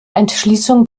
entschließung